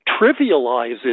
trivializes